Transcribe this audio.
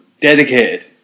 dedicated